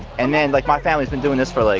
and and like my family's been doing this for like,